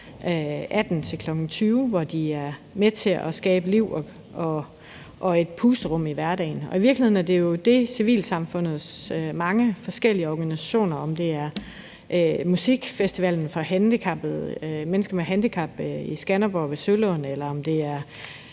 18 til kl. 20, hvor de er med til at skabe liv og et pusterum i hverdagen. Og i virkeligheden er det jo det, som civilsamfundets mange forskellige organisationer gør – om det er musikfestivalen for handicappede, mennesker med